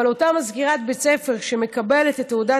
אבל אותה מזכירת בית ספר שמקבלת את תעודת